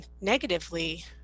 negatively